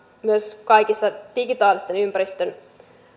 myös kaikessa digitaalisen ympäristön